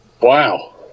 Wow